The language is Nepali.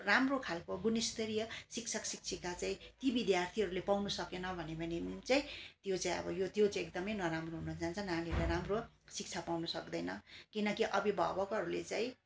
राम्रो खालको गुणस्तरीय शिक्षक शिक्षिका चाहिँ ती विद्यार्थीहरूले पाउनु सकेन भन्यो भने पनि चाहिँ त्यो चाहिँ अब यो त्यो चाहिँ एकदमै नराम्रो हुन जान्छ नानीहरूलाई राम्रो शिक्षा पाउन सक्दैन किनकि अभिभावकहरूले चाहिँ